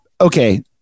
okay